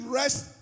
rest